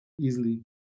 easily